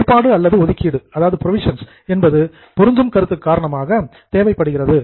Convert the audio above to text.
ஏற்பாடு அல்லது ஒதுக்கீடு என்பது பொருந்தும் கருத்து காரணமாக தேவைப்படுகிறது